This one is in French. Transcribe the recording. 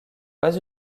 pas